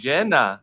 Jenna